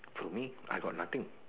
for me I got nothing